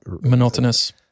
monotonous